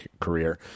career